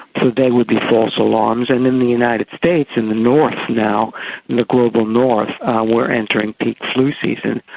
and they would be false alarms. and in the united states in the north now, in the global north we are entering peak flu season,